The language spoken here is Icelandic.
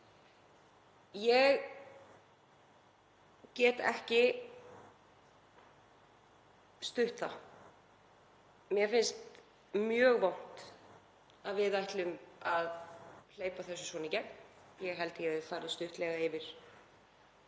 ég get ekki stutt það. Mér finnst mjög vont að við ætlum að hleypa þessu svona í gegn og ég held að ég hafi farið stuttlega yfir